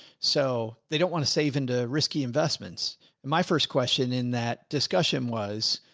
so they don't want to save into risky investments and my first question in that discussion was.